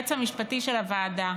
היועץ המשפטי של הוועדה.